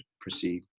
proceed